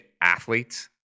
athletes